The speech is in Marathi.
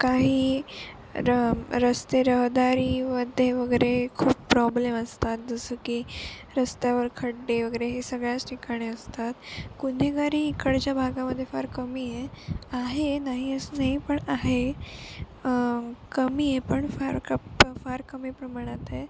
काही र रस्ते रहदारी मध्ये वगैरे खूप प्रॉब्लेम असतात जसं की रस्त्यावर खड्डे वगैरे हे सगळ्याच ठिकाणी असतात गुन्हेगारी इकडच्या भागामध्ये फार कमी आहे आहे नाही असं नाही पण आहे कमी आहे पण फार क फार कमी प्रमाणात आहे